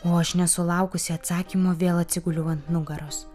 o aš nesulaukusi atsakymo vėl atsiguliau ant nugaros